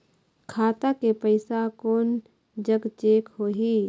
खाता के पैसा कोन जग चेक होही?